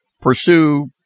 pursue